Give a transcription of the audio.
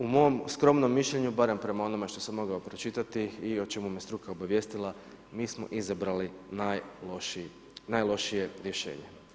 U mom skromnom mišljenju, barem prema onome što sam mogao pročitati i o čemu me struka obavijestila, mi smo izabrali najlošije rješenje.